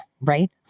right